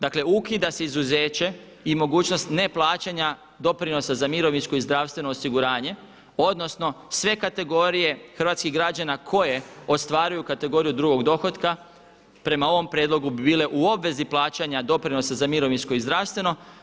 Dakle, ukida se izuzeće i mogućnost neplaćanja doprinosa za mirovinsko i zdravstveno osiguranje, odnosno sve kategorije hrvatskih građana koje ostvaruju kategoriju drugog dohotka prema ovom prijedlogu bi bile u obvezi plaćanja doprinosa za mirovinsko i zdravstveno.